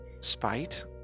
spite